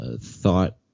thought